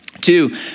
Two